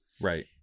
Right